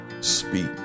speak